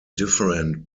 different